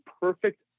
perfect –